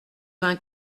vingt